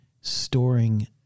storing